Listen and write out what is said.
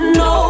no